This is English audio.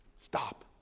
Stop